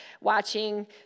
watching